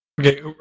Okay